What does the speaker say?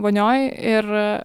vonioj ir